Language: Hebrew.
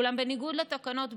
אולם בניגוד לתקנות,